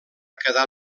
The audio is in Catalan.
quedar